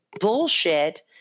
bullshit